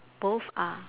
both are